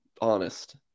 honest